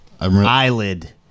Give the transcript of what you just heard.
Eyelid